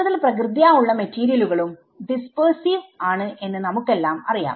കൂടുതൽ പ്രകൃത്യാ ഉള്ള മെറ്റീരിയലുകളുംഡിസ്പെഴ്സിവ് ആണ് എന്ന് നമുക്കെല്ലാം അറിയാം